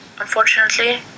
Unfortunately